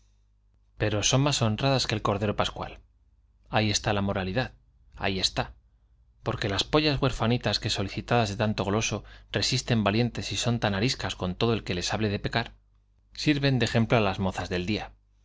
pero son más honradas que el cordero pascual ahí está la moralidad ahí está porque esas pollas huerfanitas que solicitadas de tanto goloso resisten valientes y son tan ariscas con todo el que les hable de pecar sirven de á las del día